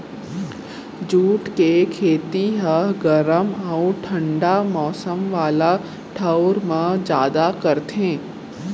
jute के खेती ह गरम अउ ठंडा मौसम वाला ठऊर म जादा करथे